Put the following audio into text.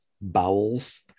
bowels